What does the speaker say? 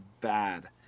bad